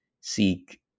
seek